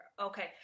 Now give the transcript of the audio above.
Okay